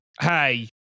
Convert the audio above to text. hey